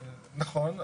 נכון.